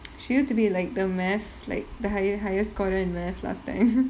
she used to be like the mathematics like the high~ highest scorer in mathematics last time